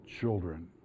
children